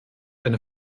eine